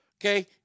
Okay